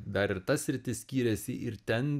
dar ir ta sritis skiriasi ir ten